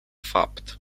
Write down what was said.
fapt